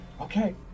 okay